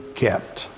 kept